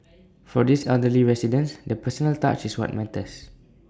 for these elderly residents the personal touch is what matters